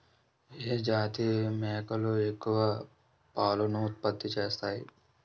ఏ జాతి మేకలు ఎక్కువ పాలను ఉత్పత్తి చేస్తాయి?